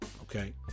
okay